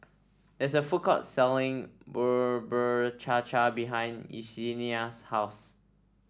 there is a food court selling Bubur Cha Cha behind Yesenia's house